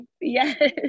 yes